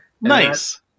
Nice